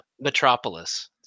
Metropolis